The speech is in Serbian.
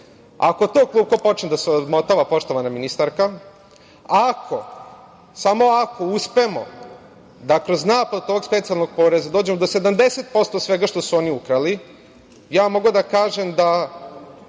to klupko počne da se razmotava, poštovana ministarka, ako, samo ako, uspemo da kroz naplatu ovog specijalnog poreza dođemo do 70% svega onoga što su oni ukrali, mogu da kažem da